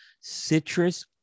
citrus